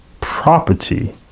property